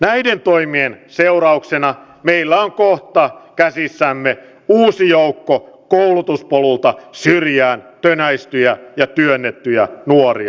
näiden toimien seurauksena meillä on kohta käsissämme uusi joukko koulutuspolulta syrjään tönäistyjä ja työnnettyjä nuoria